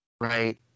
right